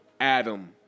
Adam